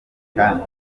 kandi